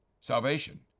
salvation